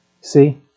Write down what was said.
See